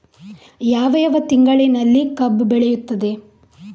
ಯಾವ ಯಾವ ತಿಂಗಳಿನಲ್ಲಿ ಕಬ್ಬು ಬೆಳೆಯುತ್ತದೆ?